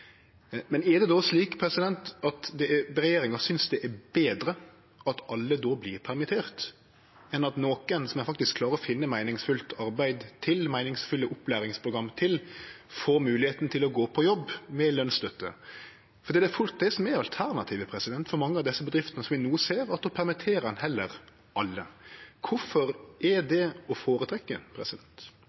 Er det då slik at regjeringa synest det er betre at alle vert permitterte, enn at nokre som ein faktisk klarer å finne meiningsfullt arbeid og meiningsfulle opplæringsprogram til, får moglegheita til å gå på jobb med lønsstøtte? Det er fort det som er alternativet for mange av desse bedriftene, og som me no ser at heller permitterer alle. Kvifor er det å